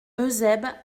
eusèbe